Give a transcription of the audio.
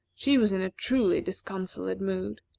she was in a truly disconsolate mood,